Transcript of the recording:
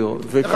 דרך אגב,